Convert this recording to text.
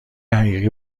حقیقی